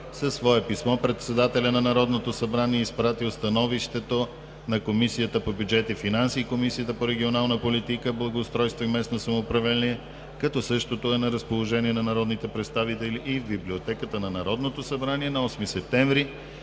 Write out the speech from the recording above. Със свое писмо председателят на Народното събрание е изпратил Становището на Комисията по бюджет и финанси и на Комисията по регионална политика, благоустройство и местно самоуправление, като същото е на разположение на народните представители и в Библиотеката на Народното събрание. На 8 септември